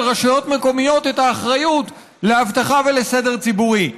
הרשויות המקומיות את האחריות לאבטחה ולסדר ציבורי.